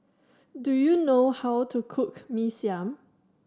do you know how to cook Mee Siam